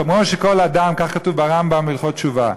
כך כתוב ברמב"ם בהלכות תשובה,